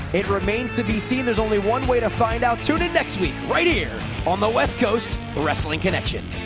it remains to be seen. there's only one way to find out. tune in next week right here! on the west coast wrestling connection.